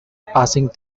passing